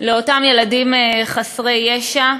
לאותם ילדים חסרי ישע.